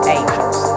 Angels